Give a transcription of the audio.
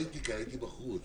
לא הייתי כאן, הייתי בחוץ.